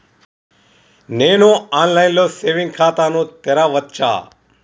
నేను online లో saving ఖాతా ను తెరవచ్చా?